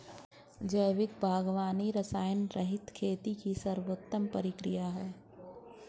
जैविक बागवानी रसायनरहित खेती की सर्वोत्तम प्रक्रिया है